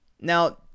now